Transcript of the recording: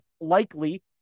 likely